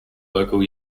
local